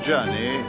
journey